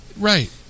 right